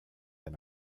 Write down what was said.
and